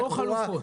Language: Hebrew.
או חלופות.